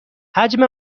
حجم